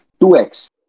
2x